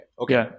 Okay